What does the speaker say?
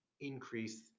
increase